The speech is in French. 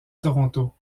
toronto